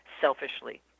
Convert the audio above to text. selfishly